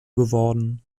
geworden